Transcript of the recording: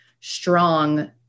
strong